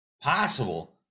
possible